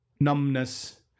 numbness